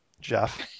Jeff